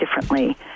differently